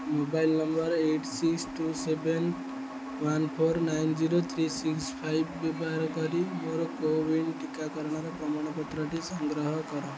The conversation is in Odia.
mobile number eight six two seven one four nine zero three six five ବ୍ୟବହାର କରି ମୋର କୋୱିନ୍ ଟିକାକରଣର ପ୍ରମାଣପତ୍ରଟି ସଂଗ୍ରହ କର